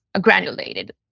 granulated